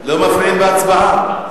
לא מפריעים בהצבעה.